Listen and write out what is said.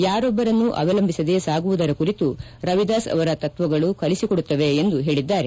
ಯಾರೊಬ್ಬರನ್ನೂ ಅವಲಂಬಿಸದೆ ಸಾಗುವುದರ ಕುರಿತು ರವಿದಾಸ್ ಅವರ ತತ್ವಗಳು ಕಲಿಸಿ ಕೊಡುತ್ತವೆ ಎಂದು ಹೇಳಿದ್ದಾರೆ